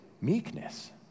meekness